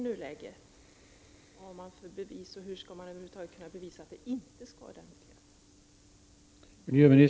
Hur skall man kunna bevisa att denna inte skadar miljön?